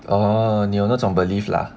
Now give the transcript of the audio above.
oh 你有那种 belief lah